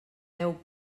deu